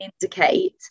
indicate